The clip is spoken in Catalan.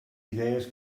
idees